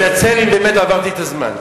אני מתנצל אם באמת עברתי את הזמן.